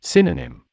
Synonym